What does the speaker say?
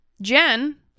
Jen